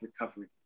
recovery